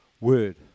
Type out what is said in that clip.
word